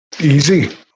Easy